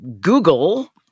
Google